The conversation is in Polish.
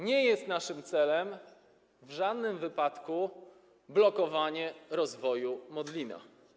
Nie jest naszym celem w żadnym wypadku blokowanie rozwoju Modlina.